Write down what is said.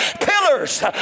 Pillars